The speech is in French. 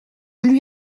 lui